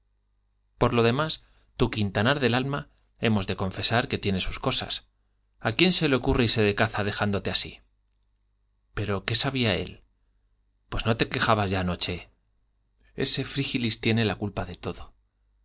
por lo demás tu quintanar del alma hemos de confesar que tiene sus cosas a quién se le ocurre irse de caza dejándote así pero qué sabía él pues no te quejabas ya anoche ese frígilis tiene la culpa de todo